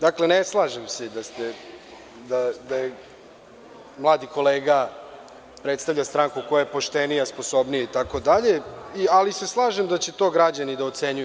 Dakle, ne slažem se da mladi kolega predstavlja stranku koja je poštenija, sposobnija itd, ali se slažem da će građani to da ocenjuju.